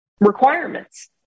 requirements